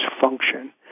function